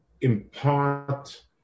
impart